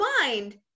mind